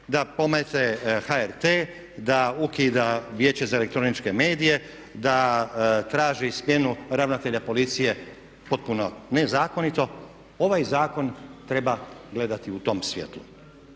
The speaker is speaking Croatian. da pomete HRT, da ukida Vijeće za elektroničke medije, da traži smjenu ravnatelja policije potpuno nezakonito ovaj zakon treba gledati u tom svjetlu.